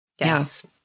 Yes